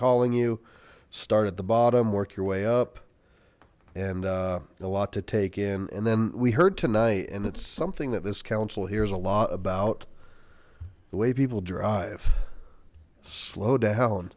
calling you start at the bottom work your way up and a lot to take in and then we heard tonight and it's something that this council hears a lot about the way people drive slow down